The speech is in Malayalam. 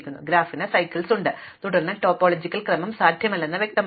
അതിനാൽ ഗ്രാഫിന് ചക്രങ്ങളുണ്ട് തുടർന്ന് ടോപ്പോളജിക്കൽ ക്രമം സാധ്യമല്ലെന്ന് വ്യക്തമാണ്